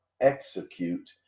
execute